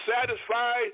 satisfied